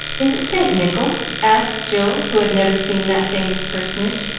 is it st. nicholas? asked jill, who had never seen that famous personage,